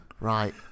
right